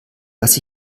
dass